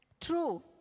true